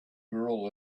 girl